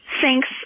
Thanks